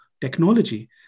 technology